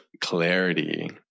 clarity